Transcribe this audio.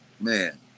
man